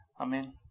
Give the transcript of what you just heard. amen